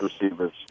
receivers